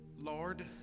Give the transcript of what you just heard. Lord